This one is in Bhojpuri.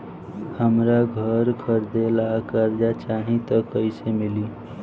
हमरा घर खरीदे ला कर्जा चाही त कैसे मिली?